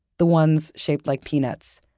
the ones shaped like peanuts,